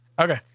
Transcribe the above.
okay